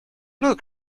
look